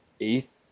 eighth